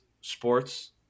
sports